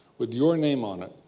with your name on it.